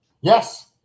Yes